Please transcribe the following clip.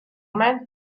man